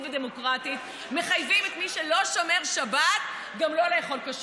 ודמוקרטית מחייבים את מי שלא שומר שבת גם לא לאכול כשר,